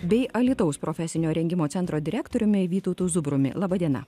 bei alytaus profesinio rengimo centro direktoriumi vytautu zubrumi laba diena